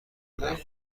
بدهم